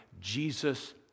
Jesus